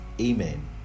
amen